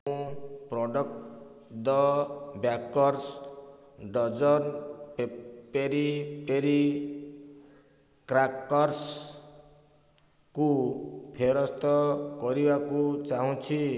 ମୁଁ product the bakers dozen peri peri କ୍ରାକର୍ସ୍କୁ ଫେରସ୍ତ କରିବାକୁ ଚାହୁଁଛି